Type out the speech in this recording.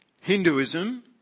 Hinduism